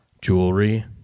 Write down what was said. Jewelry